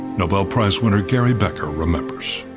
nobel prize winner gary becker remembers.